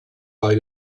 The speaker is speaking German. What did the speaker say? bei